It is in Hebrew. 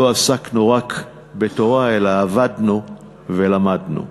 לא עסקנו רק בתורה, אלא עבדנו ולמדנו.